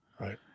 right